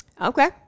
Okay